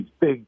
big